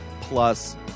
Plus